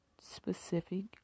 specific